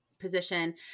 position